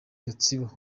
gatsibo